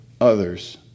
others